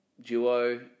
Duo